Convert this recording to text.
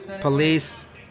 Police